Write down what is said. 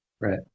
right